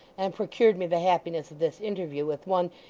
and procured me the happiness of this interview with one,